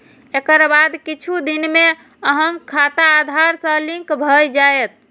एकर बाद किछु दिन मे अहांक खाता आधार सं लिंक भए जायत